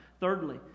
Thirdly